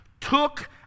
took